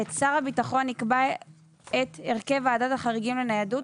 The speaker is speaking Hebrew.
שר הביטחון יקבע את הרכב ועדת החריגים לניידות,